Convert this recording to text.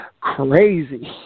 crazy